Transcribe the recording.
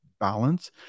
Balance